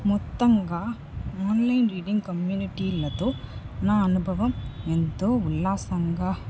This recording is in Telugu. మొత్తంగా ఆన్లైన్ రీడింగ్ కమ్యూనిటీలతో నా అనుభవం ఎంతో ఉల్లాసంగా